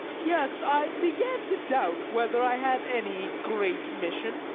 yes, i began to doubt whether i had any great mission,